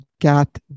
got